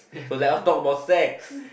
so let us talk about sex